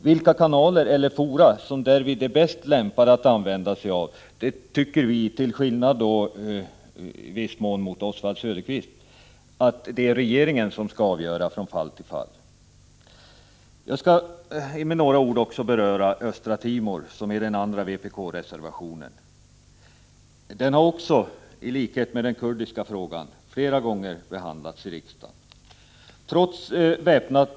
Vilka kanaler eller fora som därvid är bäst lämpade att använda tycker vi, i viss mån till skillnad mot Oswald Söderqvist, att regeringen skall avgöra från fall till fall. Jag skall med några ord beröra Östra Timor, som den andra vpkreservationen gäller. Den frågan har också, i likhet med den kurdiska frågan, behandlats i riksdagen flera gånger.